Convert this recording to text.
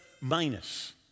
minus